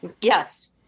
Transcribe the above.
Yes